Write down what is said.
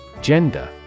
Gender